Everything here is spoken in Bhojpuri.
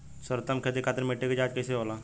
सर्वोत्तम खेती खातिर मिट्टी के जाँच कइसे होला?